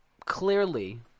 clearly